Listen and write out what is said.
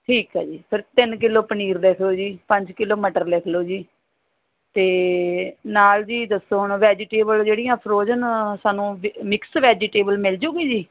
ਠੀਕ ਹੈ ਜੀ ਫਿਰ ਤਿੰਨ ਕਿਲੋ ਪਨੀਰ ਲਿਖ ਲਓ ਜੀ ਪੰਜ ਕਿਲੋ ਮਟਰ ਲਿਖ ਲਓ ਜੀ ਅਤੇ ਨਾਲ ਜੀ ਦੱਸੋ ਹੁਣ ਵੈਜੀਟੇਬਲ ਜਿਹੜੀਆਂ ਫਰੋਜਨ ਸਾਨੂੰ ਮਿਕਸ ਵੈਜੀਟੇਬਲ ਮਿਲਜੂਗੀ ਜੀ